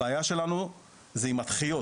הבעיה שלנו היא עם הדחיות,